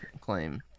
claim